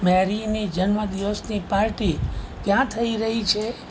મેરીની જન્મદિવસની પાર્ટી કયા થઈ રહી છે